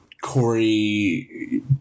Corey